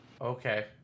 Okay